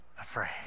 afraid